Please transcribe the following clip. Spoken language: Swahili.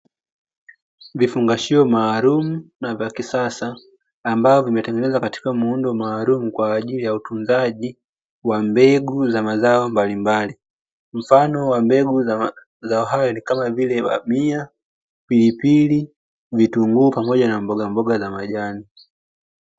Vifungashio maalumu na vya kisasa, ambayvo vimetengenezwa katika muundo maalumu kwa ajili ya utunzaji wa mbegu za mazao mbalimbali, mfano wa mbegu za zao hayo ni kama vile bamia, pilipili, vitunguu pamoja na mboga mboga za majani.